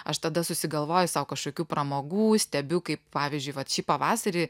aš tada susigalvoju sau kažkokių pramogų stebiu kaip pavyzdžiui vat šį pavasarį